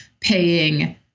paying